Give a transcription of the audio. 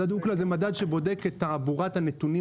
מדד UCLA זה מדד שבודק את תעבורת הנתונים